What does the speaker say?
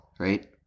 Right